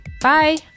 Bye